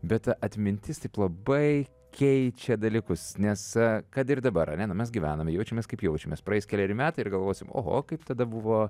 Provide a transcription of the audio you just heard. bet atmintis taip labai keičia dalykus nes kad ir dabar ane nu mes gyvename jaučiamės kaip jaučiamės praeis keleri metai ir galvosim oho kaip tada buvo